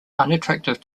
unattractive